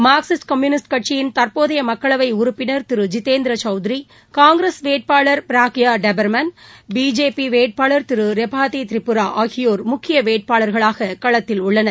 Marxist Communist கட்சியின் தற்போதைய மக்களவை உறுப்பினர் திரு ஜிதேந்திர சௌத்திரி காங்கிரஸ் வேட்பாளர் ப்ராக்கிய டெபாமன் பிஜேபி வேட்பாளர் திரு ரெபாதி திரிபுரா ஆகியோர் முக்கிய வேட்பாளர்களாக களத்தில் உள்ளனர்